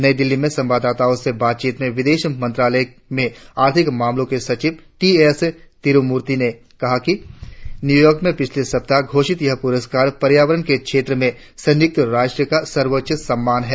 नई दिल्ली में संवाददाताओं से बातचीत में विदेश मंत्रालय में आर्थिक मामलों के सचिव टी एस तिरुमूर्ति ने कहा कि न्यूयॉर्क में पिछले सप्ताह घोषित यह पुरस्कार पर्यावरण के क्षेत्र में संयुक्त राष्ट्र का सर्वोच्च सम्मान है